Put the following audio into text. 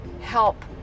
help